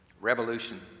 Revolution